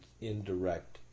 indirect